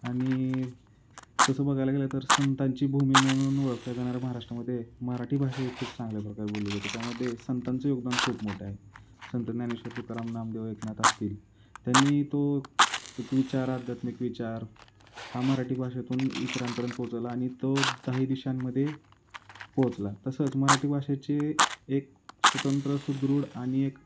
आणि तसं बघायला गेलं तर संतांची भूमी म्हणून ओळखल्या जाणाऱ्या महाराष्ट्रामध्ये मराठी भाषा ही खूप चांगल्या प्रकारे बोलली जाते त्यामध्ये संतांचं योगदान खूप मोठं आहे संत ज्ञानेश्वर तुकाराम नामदेव एकनाथ असतील त्यांनी तो एक विचार आध्यात्मिक विचार हा मराठी भाषेतून इतरांपर्यंत पोहचवला आणि तो दाही दिशांमध्ये पोचला तसंच मराठी भाषेचे एक स्वतंत्र सुदृढ आणि एक